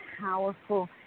powerful